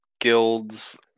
guilds